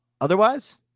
Otherwise